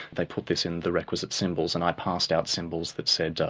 they put this in the requisite symbols, and i passed out symbols that said,